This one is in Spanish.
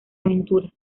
aventura